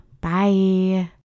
Bye